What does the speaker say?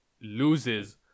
loses